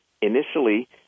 Initially